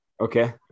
Okay